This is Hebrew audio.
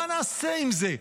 מה נעשה עם זה?